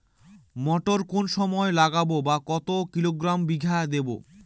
মটর কোন সময় লাগাবো বা কতো কিলোগ্রাম বিঘা দেবো?